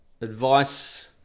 Advice